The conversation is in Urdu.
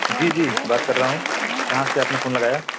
جی جی بات کر رہا ہوں کہاں سے آپ نے فون لگایا